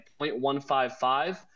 0.155